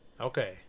Okay